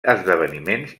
esdeveniments